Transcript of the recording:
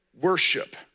worship